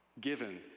given